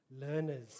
learners